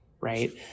right